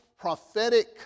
prophetic